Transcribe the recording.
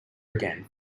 again